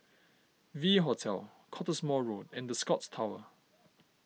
V Hotel Cottesmore Road and the Scotts Tower